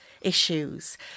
issues